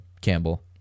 Campbell